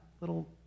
little